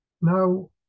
Now